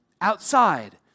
outside